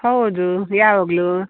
ಹೌದು ಯಾವಾಗಲು